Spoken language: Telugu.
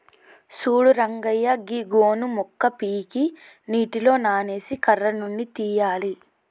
సూడు రంగయ్య గీ గోను మొక్క పీకి నీటిలో నానేసి కర్ర నుండి తీయాలి